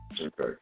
Okay